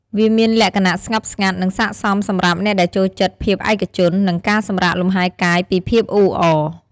វាមានលក្ខណៈស្ងប់ស្ងាត់ និងស័ក្តិសមសម្រាប់អ្នកដែលចូលចិត្តភាពឯកជន និងការសម្រាកលម្ហែកាយពីភាពអ៊ូអរ។